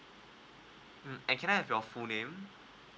mm and can I have your full name